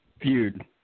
Feud